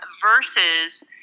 versus